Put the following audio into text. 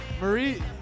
Marie